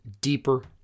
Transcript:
deeper